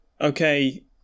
Okay